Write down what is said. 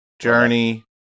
Journey